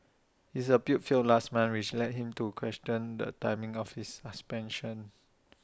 his appeal failed last month which led him to question the timing of his suspension